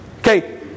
Okay